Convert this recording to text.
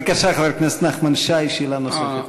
בבקשה, חבר הכנסת נחמן שי, שאלה נוספת.